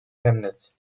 chemnitz